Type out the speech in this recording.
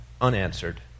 unanswered